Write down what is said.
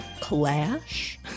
Clash